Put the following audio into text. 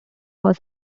was